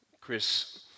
Chris